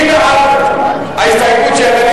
בבקשה ידנית.